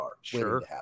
Sure